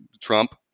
Trump